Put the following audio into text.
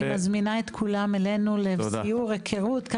אני מזמינה את כולם אלינו לסיור היכרות.